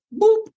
Boop